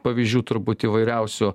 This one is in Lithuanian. pavyzdžių turbūt įvairiausių